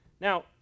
Now